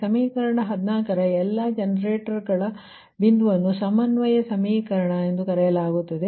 ಸಮೀಕರಣ 14 ರ ಎಲ್ಲಾ ಜನರೇಟರ್ಗಳ ಬಿಂದುವನ್ನು ಸಮನ್ವಯ ಸಮೀಕರಣ ಎಂದು ಕರೆಯಲಾಗುತ್ತದೆ